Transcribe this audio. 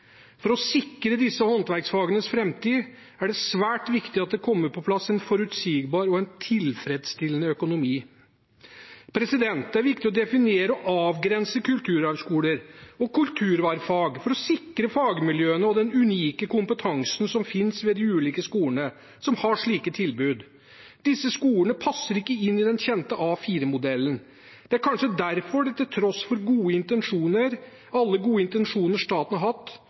For å sikre disse håndverksfagenes framtid er det svært viktig at det kommer på plass en forutsigbar og tilfredsstillende økonomi. Det er viktig å definere og avgrense kulturarvskoler og kulturarvfag for å sikre fagmiljøene og den unike kompetansen som finnes ved de ulike skolene som har slike tilbud. Disse skolene passer ikke inn i den kjente A4-modellen. Det er kanskje derfor man til tross for alle gode intensjoner staten har hatt,